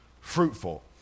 fruitful